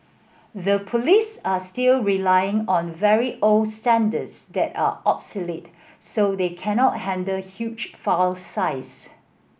the police are still relying on very old standards that are obsolete so they cannot handle huge file size